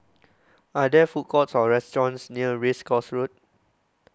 Are There Food Courts Or restaurants near Race Course Road